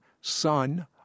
son